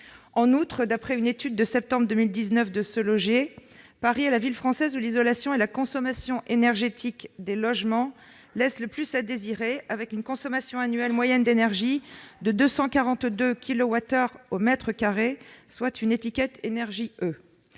En outre, d'après une étude de septembre 2019 de, Paris est la ville française où l'isolation et la consommation énergétique des logements laissent le plus à désirer, avec une consommation annuelle moyenne d'énergie de 242 kilowattheures au mètre carré, soit une étiquette énergie E.